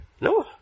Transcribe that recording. No